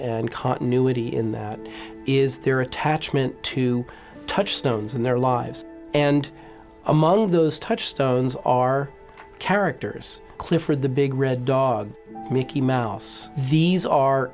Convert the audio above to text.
and continuity in that is their attachment to touchstones in their lives and among those touchstones are characters clifford the big red dog mickey mouse these are